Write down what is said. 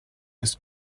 ist